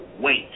wait